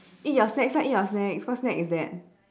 eat your snacks lah eat your snacks what snack is that